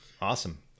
awesome